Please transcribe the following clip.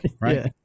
right